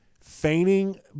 feigning